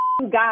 God